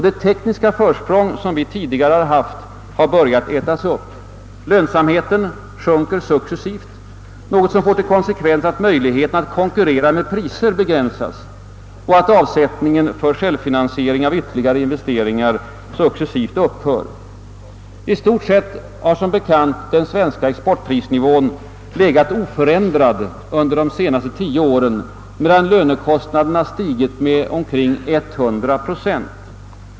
Det tekniska försprång vi tidigare haft har börjat ätas upp. Lönsamheten sjunker successivt, något som får till konsekvens att möjligheterna att konkurrera med priser begränsas och att avsättningen för självfinansiering av ytterligare investeringar successivt upphör. I stort sett har som bekant den svenska exportprisnivån varit oförändrad under de senaste tio åren, medan lönekostnaderna stigit med omkring 100 procent.